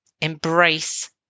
embrace